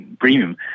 premium